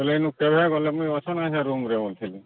ହେଲେ ଏନୁ କେବେ ଗଲେ ମୁଇ ଅଛି ନା ହେ ରୁମ୍ରେ ବୋଲୁଥିଲି